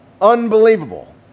Unbelievable